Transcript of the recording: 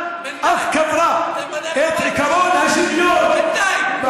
מנעה מעשרות אלפי אזרחים ערבים בדואים,